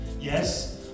yes